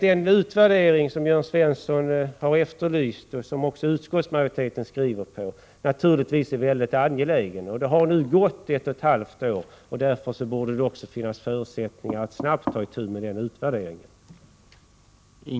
Den utvärdering som Jörn Svensson har efterlyst och som också utskottsmajoriteten skriver om är naturligtvis väldigt angelägen. Det har nu gått ett och ett halvt år, och då borde det också finnas förutsättningar att snabbt ta itu med utvärderingen.